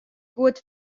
goed